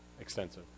extensive